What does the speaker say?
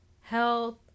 health